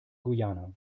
guyana